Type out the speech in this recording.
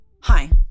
Hi